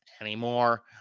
anymore